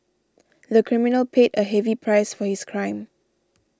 the criminal paid a heavy price for his crime